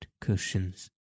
cushions